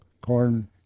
corn